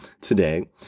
today